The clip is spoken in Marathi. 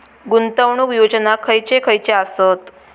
गुंतवणूक योजना खयचे खयचे आसत?